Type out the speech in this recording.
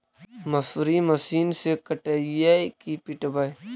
मसुरी मशिन से कटइयै कि पिटबै?